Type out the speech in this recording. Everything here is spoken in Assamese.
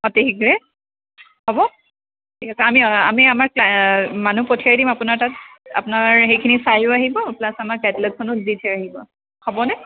অতি শীঘ্ৰে হ'ব ঠিক আছে আমি আমি আমাৰ ক্লাই মানুহ পঠিয়াই দিম আপোনাৰ তাত আপোনাৰ সেইখিনি চায়ো আহিব প্লাছ আমাৰ কেটেলগখনো দি থৈ আহিব হ'বনে